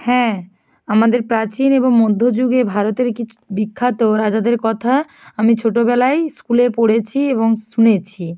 হ্যাঁ আমাদের প্রাচীন এবং মধ্য যুগে ভারতের কিছু বিখ্যাত রাজাদের কথা আমি ছোটোবেলায় স্কুলে পড়েছি এবং শুনেছি